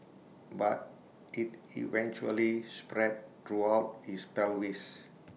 but IT eventually spread throughout his pelvis